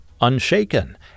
Unshaken